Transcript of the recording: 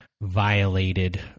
violated